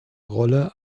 rolle